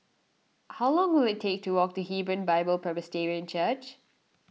how long will it take to walk to Hebron Bible Presbyterian Church